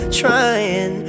trying